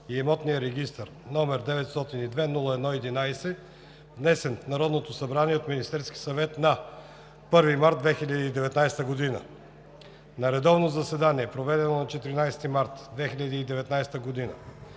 и имотния регистър, № 902-0-11, внесен в Народното събрание от Министерския съвет на 1 март 2019 г. На редовно заседание, проведено на 14 март 2019 г.,